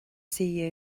see